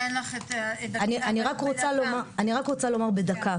אני רק רוצה לומר בדקה.